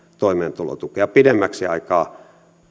toimeentulotukea pidemmäksi aikaa